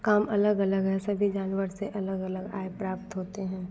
काम अलग अलग है सभी जानवर से अलग अलग आय प्राप्त होते हैं